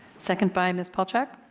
second by ms. palchik.